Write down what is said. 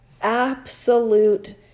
absolute